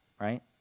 right